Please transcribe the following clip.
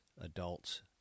adults